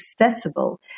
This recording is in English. accessible